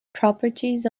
properties